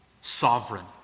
sovereign